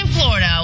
Florida